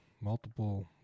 multiple